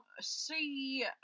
See